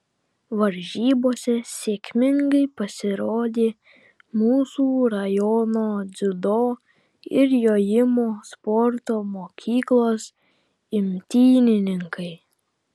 varžybose sėkmingai pasirodė mūsų rajono dziudo ir jojimo sporto mokyklos imtynininkai